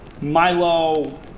Milo